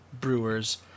Brewer's